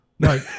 No